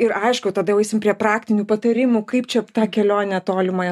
ir aišku tada jau eisim prie praktinių patarimų kaip čia tą kelionę tolimąją